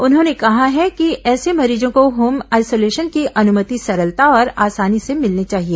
उन्होंने कहा है कि ऐसे मरीजों को होम आइसोलेशन की अनुमति सरलता और आसानी से मिलनी चाहिए